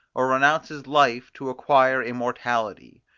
or renounces life to acquire immortality.